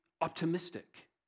optimistic